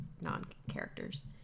non-characters